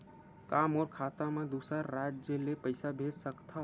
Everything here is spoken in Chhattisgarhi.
का मोर खाता म दूसरा राज्य ले पईसा भेज सकथव?